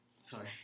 Sorry